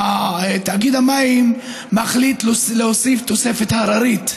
תאגיד המים מחליט להוסיף תוספת הררית,